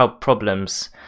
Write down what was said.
problems